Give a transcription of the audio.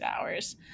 hours